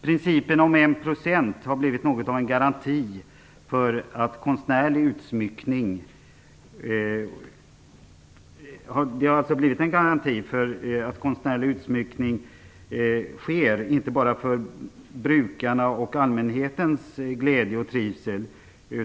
Principen om 1 % har blivit något av en garanti för att konstnärlig utsmyckning sker, inte bara till brukarnas och allmänhetens glädje och trivsel.